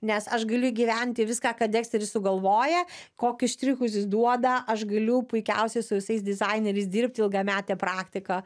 nes aš galiu gyventi viską ką deksteris sugalvoja kokius štrichus jis duoda aš galiu puikiausiai su visais dizaineriais dirbti ilgametę praktiką